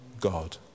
God